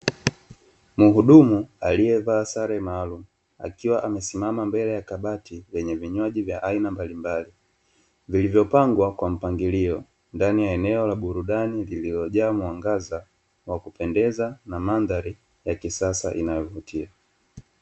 Mhudumu aliyevaa sare maalumu, akiwa amesimama mbele ya kabati lenye vinywaji vya aina mbalimbali, vilivyopangwa kwa mpangilio ndani ya eneo la burudani lililojaa mwangaza wa kupendeza na mandhari ya kisasa inayovutia.